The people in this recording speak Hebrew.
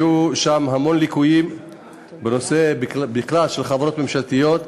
ועלו שם המון ליקויים בכלל בנושא של חברות ממשלתיות.